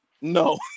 No